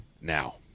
now